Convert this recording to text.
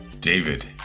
David